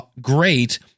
great